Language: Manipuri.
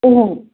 ꯑꯥ